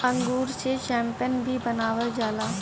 अंगूर से शैम्पेन भी बनावल जाला